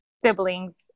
siblings